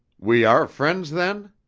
we are friends, then?